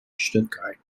stuttgart